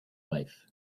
life